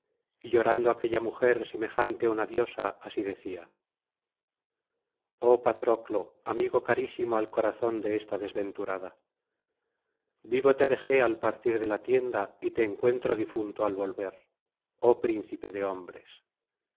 y llorando aquella mujer semejante á una diosa así decia oh patroclo amigo carísimo al corazón de esta desventurada vivo te dejé al partir de la tienda y te encuentro difunto al volver oh príncipe de hombres